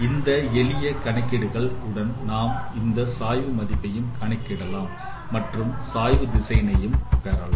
இந்த எளிய கணக்கீடுகள் உடன் நாம் இந்த சாய்வு மதிப்பையும் கணக்கிடலாம் மற்றும் சாய்வு திசைனையும் பெறலாம்